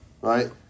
right